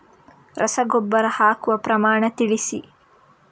ರಸಗೊಬ್ಬರ ಹಾಕುವ ಪ್ರಮಾಣ ತಿಳಿಸಿ